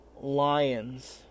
Lions